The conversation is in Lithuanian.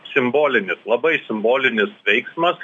simbolinis labai simbolinis veiksmas